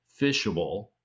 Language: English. fishable